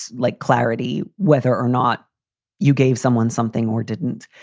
like, clarity whether or not you gave someone something or didn't.